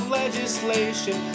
legislation